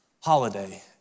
holiday